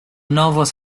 novels